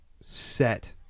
set